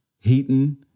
Heaton